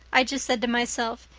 i just said to myself,